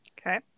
okay